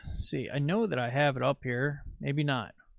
see, i know that i have it up here. maybe not.